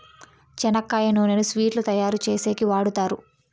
చెనక్కాయ నూనెను స్వీట్లు తయారు చేసేకి వాడుతారు